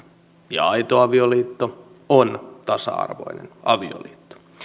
ja aito avioliitto on tasa arvoinen avioliitto